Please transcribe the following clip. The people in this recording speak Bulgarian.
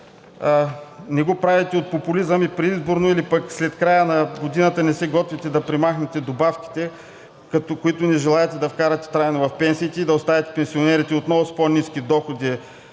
не го правите от популизъм и предизборно или след края на годината не се готвите да премахнете добавките, които не желаете да вкарате трайно в пенсиите и да оставите пенсионерите отново с по-ниски доходи